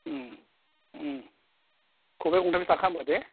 उम उम खबाइ गंथामसो लाखा होनबा दे